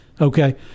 Okay